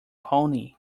pony